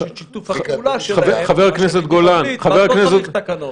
את שיתוף הפעולה שלהם ואז לא צריך תקנות.